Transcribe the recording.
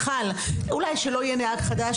מיכל, אולי שלא יהיה נהג חדש.